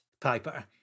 Piper